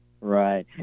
Right